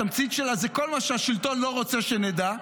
התמצית שלה זה כל מה שהשלטון לא רוצה שנדע,